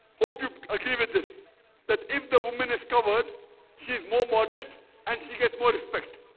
hope you agree with this that if the woman is covered she is more modest and she gets more respect